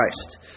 Christ